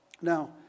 Now